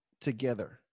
together